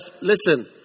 listen